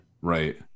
right